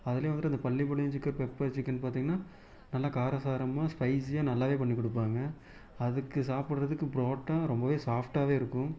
அதிலையும் வந்துட்டு அந்த பள்ளிப்பாளையம் சிக்கன் பெப்பர் சிக்கன் பார்த்தீங்கன்னா நல்லா காரசாரமாக ஸ்பைஸியாக நல்லாவே பண்ணிக்கொடுப்பாங்க அதுக்கு சாப்பிடுறதுக்கு புரோட்டா ரொம்பவே சாஃப்ட்டாகவே இருக்கும்